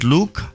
Luke